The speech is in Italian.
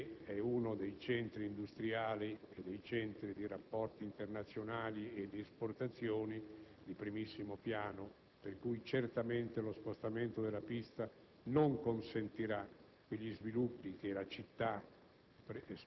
che è uno dei centri industriali, di rapporti internazionali e di esportazioni di primissimo piano, per cui certamente lo spostamento della pista non consentirà quegli sviluppi che la città